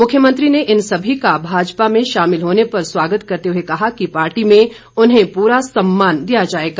मुख्यमंत्री ने इन सभी का भाजपा में शामिल होने पर स्वागत करते हुए कहा कि पार्टी में उन्हें पूरा सम्मान दिया जाएगा